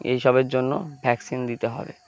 এইসবের জন্য ভ্যাকসিন দিতে হবে